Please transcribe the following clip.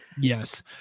Yes